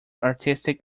artistic